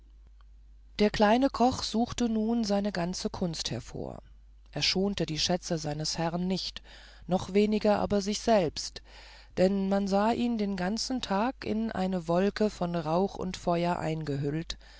der kleine koch suchte nun seine ganze kunst hervor er schonte die schätze seines herrn nicht noch weniger aber sich selbst denn man sah ihn den ganzen tag in eine wolke von rauch und feuer eingehüllt